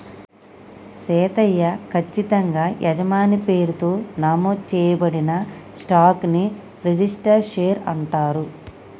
సీతయ్య, కచ్చితంగా యజమాని పేరుతో నమోదు చేయబడిన స్టాక్ ని రిజిస్టరు షేర్ అంటారు